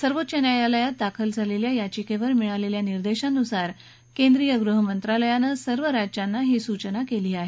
सर्वोच्च न्यायालयात दाखल झालेल्या याचिकेवर मिळालेल्या निर्देशानुसार केंद्रीय गृहमंत्रालयानं सर्व राज्यांना ही सूचना केली आहे